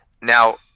Now